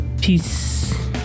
Peace